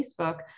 Facebook